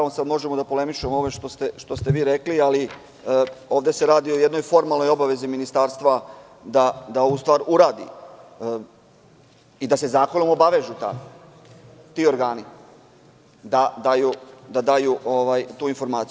Sada možemo da polemišemo o ovome što ste vi rekli, ali ovde se radi o jednoj formalnoj obavezi ministarstva da ovu stvar uradi i da se zakonom obavežu ti organi da daju tu informaciju.